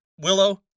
Willow